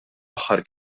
aħħar